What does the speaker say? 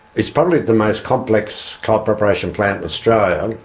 it's probably the most complex coal preparation plant in australia,